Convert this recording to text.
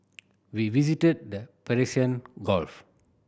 we visited the Gulf